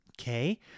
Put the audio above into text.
Okay